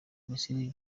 misiri